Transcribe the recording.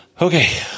Okay